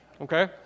Okay